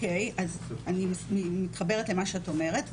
אני מתחברת למה שאת אומרת.